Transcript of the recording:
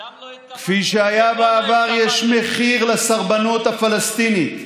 שם לא, כפי שהיה בעבר, יש מחיר לסרבנות הפלסטינית,